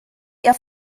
ihr